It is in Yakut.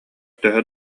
төһө